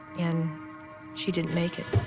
and she didn't make it.